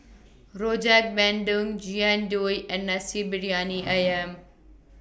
Rojak Bandung Jian Dui and Nasi Briyani Ayam